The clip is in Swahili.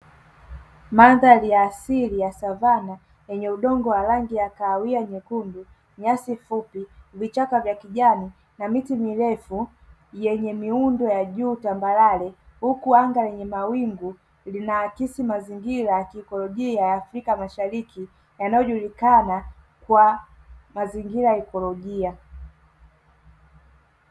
Mandhari ya asili ya Savana yenye udongo wa rangi ya kahawia nyekundu, nyasi fupi, vichaka vya kijani na miti mirefu yenye miundo ya juu tambarare, huku anga lenye mawingu linaakisi mazingira ya kiikokolojia ya Afrika Mashariki yanayojulikana kwa mazingira ya kieikolojia.